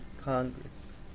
Congress